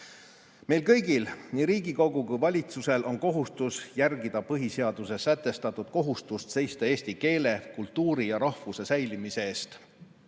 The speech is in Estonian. Meil kõigil, nii Riigikogul kui ka valitsusel, on kohustus järgida põhiseaduses sätestatud kohustust seista eesti keele, kultuuri ja rahvuse säilimise eest.